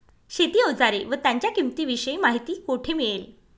शेती औजारे व त्यांच्या किंमतीविषयी माहिती कोठे मिळेल?